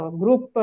group